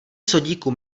sodíku